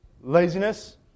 Laziness